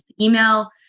email